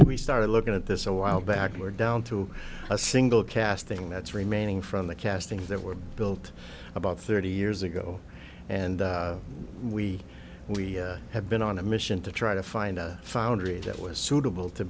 we started looking at this a while back we were down to a single casting that's remaining from the casting that were built about thirty years ago and we we have been on a mission to try to find a foundry that was suitable to